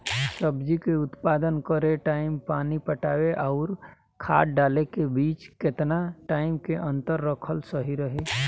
सब्जी के उत्पादन करे टाइम पानी पटावे आउर खाद डाले के बीच केतना टाइम के अंतर रखल सही रही?